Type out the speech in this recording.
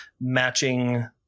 matching